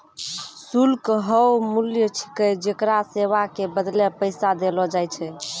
शुल्क हौअ मूल्य छिकै जेकरा सेवा के बदले पैसा देलो जाय छै